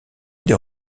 des